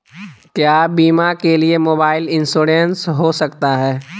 क्या बीमा के लिए मोबाइल इंश्योरेंस हो सकता है?